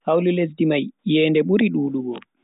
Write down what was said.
Hawlu lesdi mai iyende buri dudugo.